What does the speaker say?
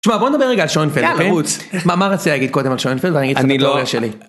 תשמע בוא נדבר רגע על שוינפלד, מה רציתי להגיד קודם על שוינפלד ואני אגיד לך את התאוריה שלי.